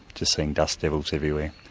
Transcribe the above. just seeing dust devils everywhere.